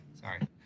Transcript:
Sorry